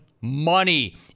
Money